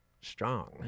strong